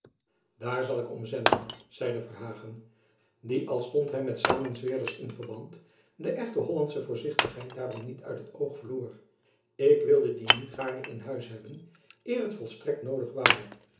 daar zal ik om zenden zeide verhagen die al stond hy met samenzweerders in verband de echt hollandsche voorzichtigheid daarom niet uit het oog verloor ik wilde die niet gaarne in huis hebben eer t volstrekt noodig ware